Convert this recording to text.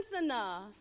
enough